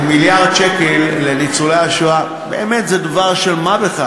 1.2 מיליארד שקל לניצולי השואה זה באמת דבר של מה בכך,